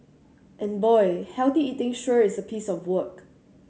and boy healthy eating sure is a piece of work